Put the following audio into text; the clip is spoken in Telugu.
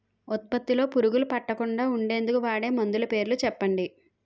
ఉత్పత్తి లొ పురుగులు పట్టకుండా ఉండేందుకు వాడే మందులు పేర్లు చెప్పండీ?